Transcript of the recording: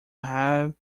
have